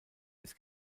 ist